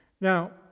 Now